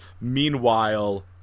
Meanwhile